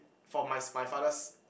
for my's my father's